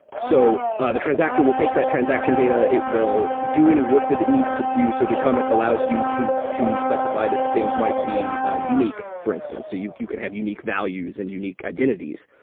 so ah the transactor will take that transaction data. it will do any work that it needs to do. so datomic allows you to to specify that things might be unique, for instance. so you you can have unique values and unique identities.